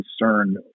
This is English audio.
concern